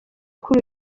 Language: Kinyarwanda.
kuri